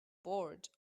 bored